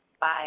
Bye